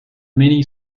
many